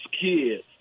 kids